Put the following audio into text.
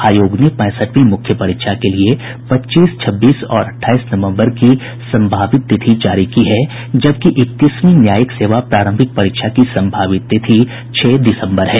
आयोग ने पैंसठवीं मुख्य परीक्षा के लिए पच्चीस छब्बीस और अट्ठाईस नवम्बर की संभावित तिथि जारी की है जबकि इकतीसवीं न्यायिक सेवा प्रारंभिक परीक्षा की सम्भावित तिथि छह दिसम्बर है